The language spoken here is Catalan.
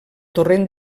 torrent